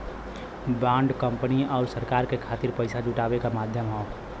bond company आउर सरकार के खातिर पइसा जुटावे क माध्यम हौ